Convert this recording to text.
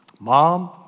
Mom